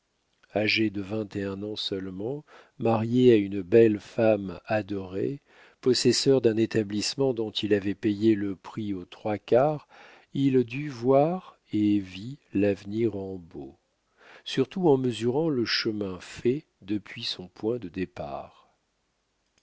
agé de vingt et un ans seulement marié à une belle femme adorée possesseur d'un établissement dont il avait payé le prix aux trois quarts il dut voir et vit l'avenir en beau surtout en mesurant le chemin fait depuis son point de départ